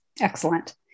Excellent